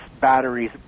batteries